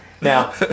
Now